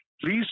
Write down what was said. please